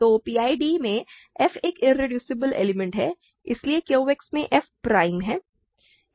तो PID में f एक इरेड्यूसबल एलिमेंट है इसलिए Q X में f प्राइम है